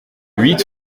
huit